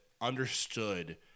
understood –